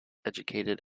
educated